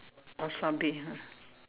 wasabi ah